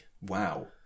Wow